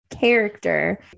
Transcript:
character